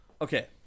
okay